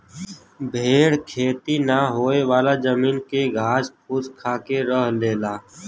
भेड़ खेती ना होयेवाला जमीन के घास फूस खाके रह लेला